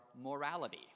morality